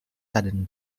sudden